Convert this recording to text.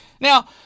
Now